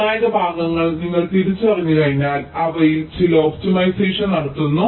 നിർണായക ഭാഗങ്ങൾ നിങ്ങൾ തിരിച്ചറിഞ്ഞുകഴിഞ്ഞാൽ അവയിൽ ചില ഒപ്റ്റിമൈസേഷൻ നടത്തുന്നു